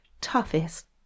toughest